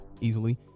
easily